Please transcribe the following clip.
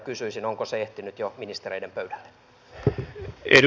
kysyisin onko se ehtinyt jo ministereiden pöydälle